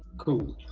cool.